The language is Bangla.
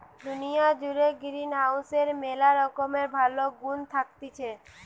দুনিয়া জুড়ে গ্রিনহাউসের ম্যালা রকমের ভালো গুন্ থাকতিছে